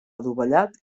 adovellat